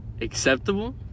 Acceptable